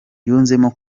yunzemo